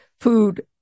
food